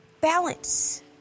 Balance